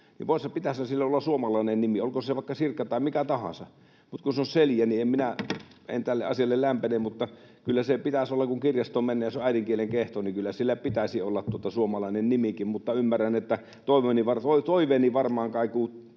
niin pitäisihän sillä olla suomalainen nimi, olkoon se vaikka Sirkka tai mikä tahansa. Mutta kun se on Celia, niin minä en tälle asialle lämpene. Kyllä kun kirjastoon menee ja se on äidinkielen kehto, sillä pitäisi olla suomalainen nimikin. Mutta ymmärrän, että toiveeni varmaan kaikuu...